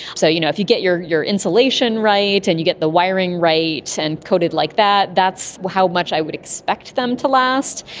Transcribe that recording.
so you know if you get your your insulation right and you get the wiring right and coded like that, that's how much i would expect them to last,